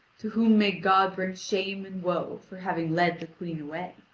to whom may god bring shame and woe for having led the queen away.